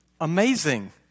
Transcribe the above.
Amazing